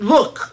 Look